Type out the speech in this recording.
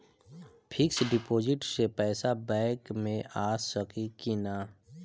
Fix deposit से पैसा bank मे आ सकी कि ना?